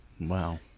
Wow